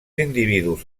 individus